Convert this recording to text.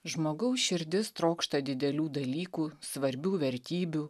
žmogaus širdis trokšta didelių dalykų svarbių vertybių